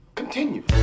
continue